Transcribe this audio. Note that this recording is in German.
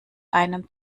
einem